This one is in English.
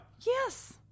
Yes